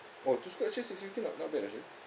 oh two scoops actually six fifty not not bad actually